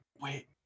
wait